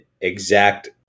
exact